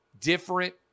different